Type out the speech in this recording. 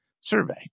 survey